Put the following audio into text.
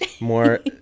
more